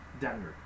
Denver